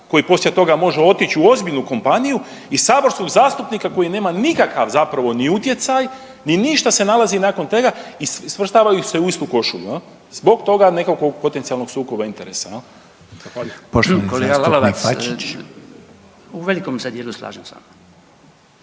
koji poslije toga može otići u ozbiljnu kompaniju i saborskog zastupnika koji nema nikakav zapravo ni utjecaj, ni ništa se nalazi nakon toga i svrstavaju ih se u istu košulju jel zbog toga nekakvog potencijalno sukoba interesa jel. Zahvaljujem. **Reiner, Željko (HDZ)** Poštovani